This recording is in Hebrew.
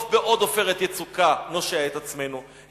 בעוד "עופרת יצוקה" נושיע את עצמנו,